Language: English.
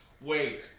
Wait